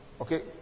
Okay